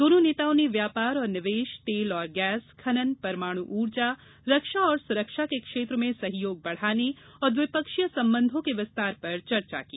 दोनों नेताओं ने व्यापार और निवेश तेल और गैस खनन परमाण ऊर्जा रक्षा और सुरक्षा के क्षेत्र में सहयोग बढाने और द्विपक्षीय संबंधों के विस्तार पर चर्चा की